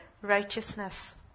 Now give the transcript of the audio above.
righteousness